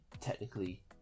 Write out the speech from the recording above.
technically